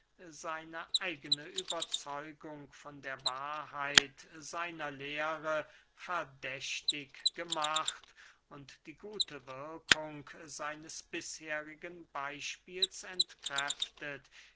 seine eigene überzeugung von der wahrheit seiner lehre verdächtig gemacht und die gute wirkung seines bisherigen beyspiels entkräftet